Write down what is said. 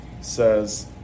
says